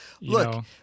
look